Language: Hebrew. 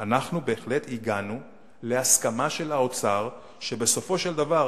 אנחנו בהחלט הגענו להסכמה של האוצר שבסופו של דבר,